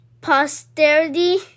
posterity